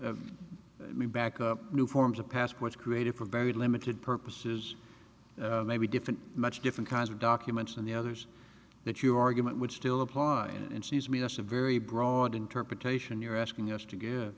i mean back up new forms of passports created for very limited purposes maybe different much different kinds of documents and the others that your argument would still apply and sees me as a very broad interpretation you're asking us to